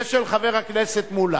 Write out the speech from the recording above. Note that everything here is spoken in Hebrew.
ושל חבר הכנסת מולה.